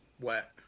wet